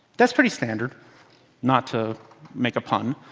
that's pretty standard not to make a pun.